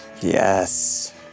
Yes